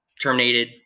terminated